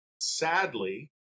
Sadly